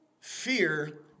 Fear